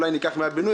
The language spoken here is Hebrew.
אולי ניקח מהבינוי,